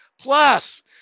Plus